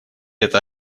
эта